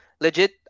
legit